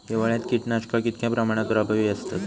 हिवाळ्यात कीटकनाशका कीतक्या प्रमाणात प्रभावी असतत?